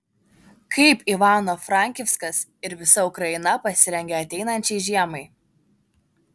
kaip ivano frankivskas ir visa ukraina pasirengė ateinančiai žiemai